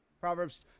Proverbs